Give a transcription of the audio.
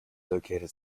located